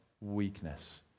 weakness